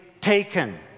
taken